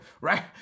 right